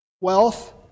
wealth